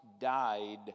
died